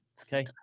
okay